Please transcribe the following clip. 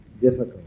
difficult